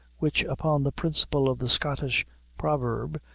which, upon the principle of the scottish proverb,